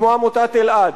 כמו עמותת אלע"ד,